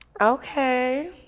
okay